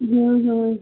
हम्म हम्म